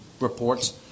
reports